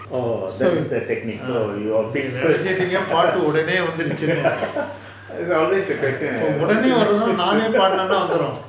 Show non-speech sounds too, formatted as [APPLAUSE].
orh that is the technique so you all fix first [LAUGHS] that is always the question I have